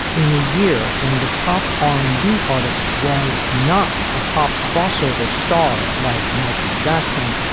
in a year when the top r and b artist was not a pop crossover star like michael jackson,